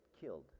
killed